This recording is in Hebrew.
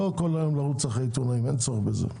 לא כל היום לרוץ אחרי עיתונאים, אין צורך בזה.